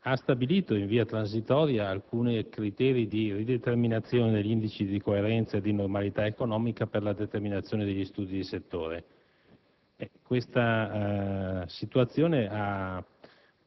ha stabilito, in via transitoria, alcuni criteri di rideterminazione degli indici di coerenza e di normalità economica per la determinazione degli studi di settore. Ha anche